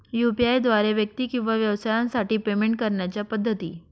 UPI द्वारे व्यक्ती किंवा व्यवसायांसाठी पेमेंट करण्याच्या पद्धती